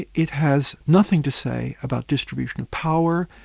it it has nothing to say about distribution of power,